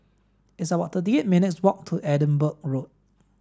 it's about thirty eight minutes' walk to Edinburgh Road